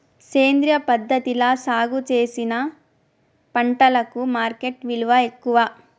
సేంద్రియ పద్ధతిలా సాగు చేసిన పంటలకు మార్కెట్ విలువ ఎక్కువ